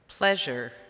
Pleasure